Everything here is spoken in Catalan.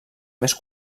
més